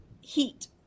heat